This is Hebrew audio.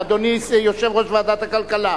אדוני, יושב-ראש ועדת הכלכלה.